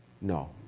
No